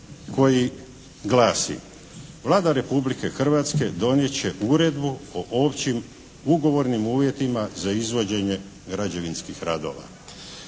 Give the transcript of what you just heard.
koji glasi: "Vlada Republike Hrvatske donijet će uredbu o općim ugovornim uvjetima za izvođenje građevinskih radova."